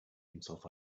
himself